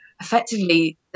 effectively